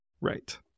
Right